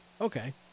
Okay